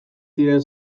ziren